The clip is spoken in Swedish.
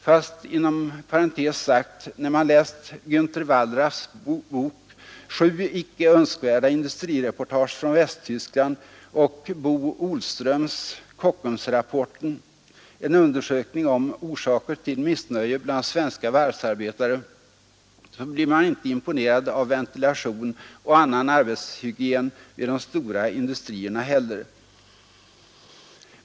Fast, inom parentes sagt, när man läst Gänter Wallraffs bok 7 icke önskvärda industrireportage från Västtyskland och Bo Ohlströms Kockumsrapporten, en undersökning om orsaker till missnöje bland svenska varvsarbetare, blir man inte imponerad av ventilation och annan arbetshygien vid de stora industrierna heller.